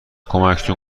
کمکتون